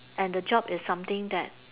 and the job is something that